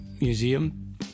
Museum